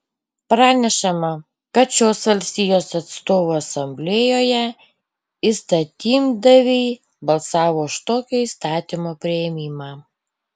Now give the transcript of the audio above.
pranešama kad šios valstijos atstovų asamblėjoje įstatymdaviai balsavo už tokio įstatymo priėmimą